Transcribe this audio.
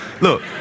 Look